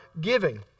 giving